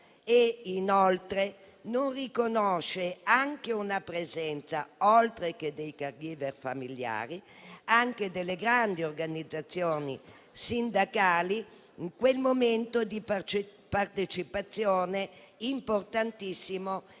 e inoltre non riconosce una presenza, oltre che dei *caregiver* familiari, anche delle grandi organizzazioni sindacali in quel momento di partecipazione importantissimo,